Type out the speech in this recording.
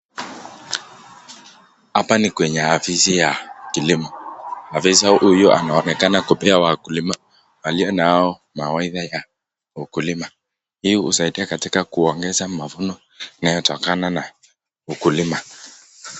Hapa ni kwenye afisi ya kilimo . Afisa huyu anaonekana kupea wakulima walionao mawaidha ya ukilima hii usaidia katika kuongeza mavuno inayotokana na ukulima.